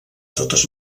totes